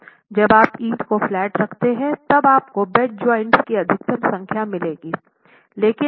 जब आप ईंटों को फ्लैट रखते हैं तब आपको बेड जॉइंट्स की अधिकतम संख्या मिलेगी